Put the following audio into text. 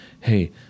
Hey